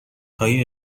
های